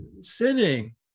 sinning